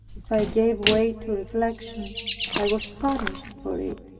if i gave way to reflection i was punished for it,